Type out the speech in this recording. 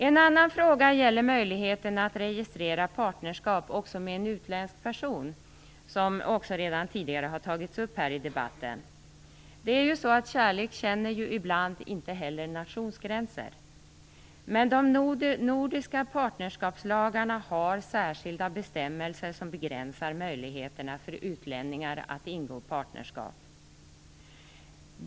En annan fråga gäller möjligheten att registrera partnerskap också med en utländsk person, något som redan har tagits upp i debatten här. Kärlek känner ju ibland inte heller nationsgränser. Men de nordiska partnerskapslagarna har särskilda bestämmelser som begränsar möjligheterna för utlänningar att ingå partnerskap.